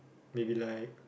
maybe like